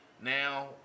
Now